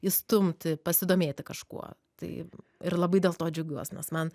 įstumti pasidomėti kažkuo tai ir labai dėl to džiaugiuos nes man